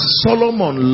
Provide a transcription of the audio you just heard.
solomon